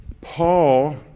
Paul